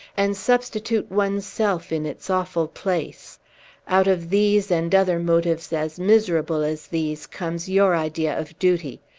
and substitute one's self in its awful place out of these, and other motives as miserable as these, comes your idea of duty!